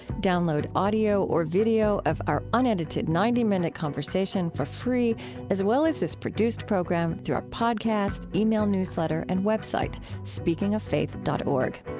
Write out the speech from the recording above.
download audio or video of our unedited ninety minute conversation for free as well as this produced program through our podcast, ah e-mail newsletter, and web site, speakingoffaith dot o